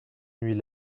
nuit